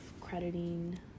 crediting